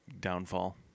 downfall